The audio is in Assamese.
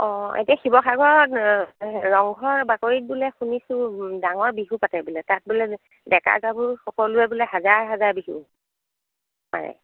অ' এতিয়া শিৱসাগৰত ৰংঘৰৰ বাকৰিত বোলে শুনিছোঁ ডাঙৰ বিহু পাতে বোলে তাত বোলে ডেকা গাভৰু সকলোৱে বোলে হাজাৰ হাজাৰ বিহু মাৰে